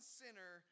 sinner